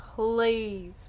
Please